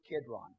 Kidron